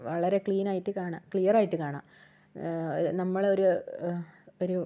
വളരെ ക്ലീനായിട്ട് കാണാ ക്ലിയറായിട്ട് കാണാം നമ്മളെ ഒരു ഒരു